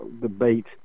debate